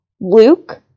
Luke